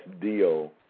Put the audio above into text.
deal